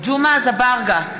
ג'מעה אזברגה,